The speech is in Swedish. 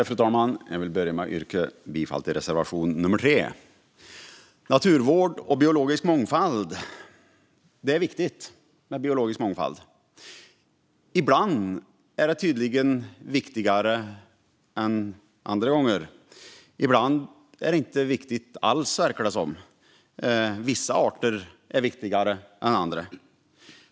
Fru talman! Jag vill börja med att yrka bifall till reservation 3. Vi debatterar naturvård och biologisk mångfald. Det är viktigt med biologisk mångfald. Ibland är det tydligen viktigare än andra gånger. Ibland är det inte viktigt alls, verkar det som. Vissa arter är viktigare än andra.